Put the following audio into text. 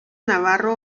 navarro